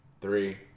three